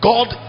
God